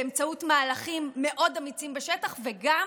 באמצעות מהלכים מאוד אמיצים בשטח וגם